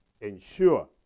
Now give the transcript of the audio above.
ensure